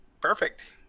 Perfect